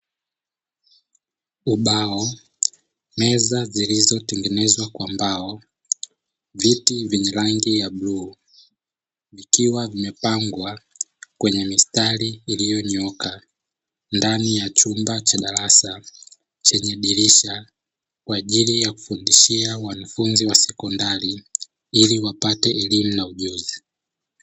Ubao, meza zilizotengenezwa kwa mbao, viti vyenye rangi ya bluu; vikiwa vimepangwa kwenye mistari iliyonyooka ndani ya chumba cha darasa chenye dirisha, kwa ajili ya kufundishia wanafunzi wa sekondari ili wapate elimu na ujuzi.